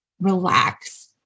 relax